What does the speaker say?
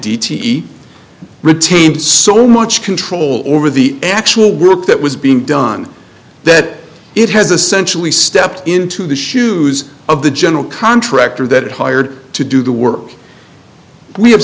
retained so much control over the actual work that was being done that it has essential he stepped into the shoes of the general contractor that hired to do the work we have